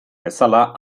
bezala